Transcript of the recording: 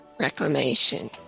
Reclamation